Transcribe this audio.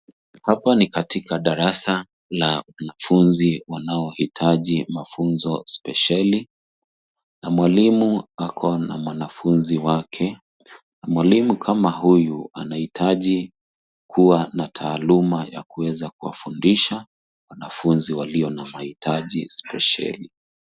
Hapa ni katika darasa la wanafunzi wanaohitaji mafunzo spesheli na mwalimu ako na mwanafunzi wake. Mwalimu kama huyu anahitaji kuwa na taaluma ya kuweza kuwafundisha wanafunzi walio na mahitaji spesheli.